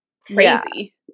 crazy